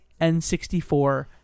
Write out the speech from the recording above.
N64